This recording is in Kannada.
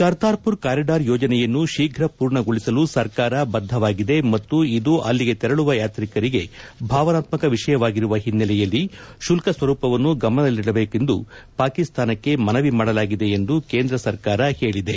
ಕರ್ತಾರ್ಪುರ್ ಕಾರಿಡಾರ್ ಯೋಜನೆಯನ್ನು ಶೀಘ ಪೂರ್ಣಗೊಳಿಸಲು ಸರ್ಕಾರ ಬದ್ಧವಾಗಿದೆ ಮತ್ತು ಇದು ಅಲ್ಲಿಗೆ ತೆರಳುವ ಯಾತ್ರಿಕರಿಗೆ ಭಾವನಾತ್ಮಕ ವಿಷಯವಾಗಿರುವ ಹಿನ್ನೆಲೆಯಲ್ಲಿ ಶುಲ್ಕ ಸ್ವರೂಪವನ್ನು ಗಮನದಲ್ಲಿಡಬೇಕೆಂದು ಪಾಕಿಸ್ತಾನಕ್ಕೆ ಮನವಿ ಮಾಡಲಾಗಿದೆ ಎಂದು ಕೇಂದ್ರ ಸರ್ಕಾರ ಹೇಳಿದೆ